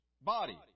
body